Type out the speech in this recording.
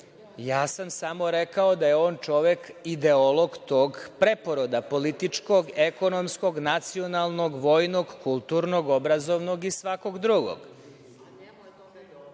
Samo sam rekao da je on čovek ideolog tog preporoda političkog, ekonomskog, nacionalnog, vojnog, kulturnog, obrazovnog i svakog drugog. To